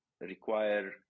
require